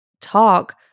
talk